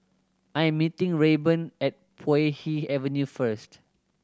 I am meeting Rayburn at Puay Hee Avenue first